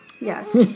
Yes